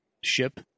ship